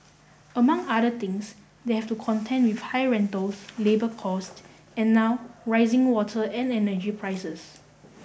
among other things they have to contend with high rentals labour costs and now rising water and energy prices